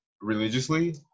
religiously